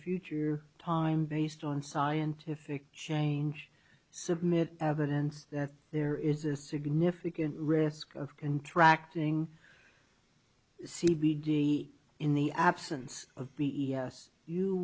future time based on scientific change submit evidence that there is a significant risk of contracting c b d in the absence of b e s you